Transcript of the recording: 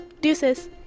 deuces